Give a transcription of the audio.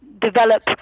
develop